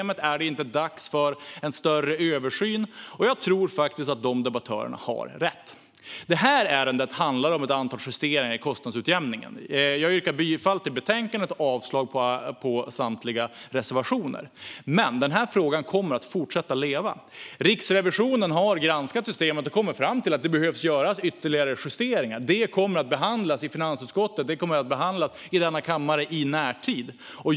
De har frågat om det inte är dags för en större översyn. Jag tror faktiskt att dessa debattörer har rätt. Det här ärendet handlar om ett antal justeringar i kostnadsutjämningen. Jag yrkar bifall till utskottets förslag till beslut och avslag på samtliga reservationer. Men den här frågan kommer att fortsätta leva. Riksrevisionen har granskat systemet och kommit fram till att det behöver göras ytterligare justeringar. Det kommer att behandlas i finansutskottet och i denna kammare i närtid.